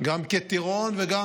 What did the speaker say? גם כטירון וגם